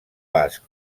basc